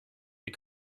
wir